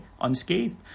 unscathed